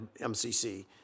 MCC